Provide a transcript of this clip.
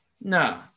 No